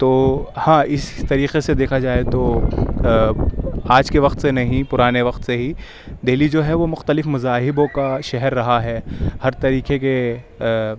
تو ہاں اس طریقے سے دیکھا جائے تو آج کے وقت سے نہیں پرانے وقت سے ہی دہلی جو ہے وہ مختلف مذاہبوں کا شہر رہا ہے ہر طریقے کے